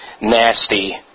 nasty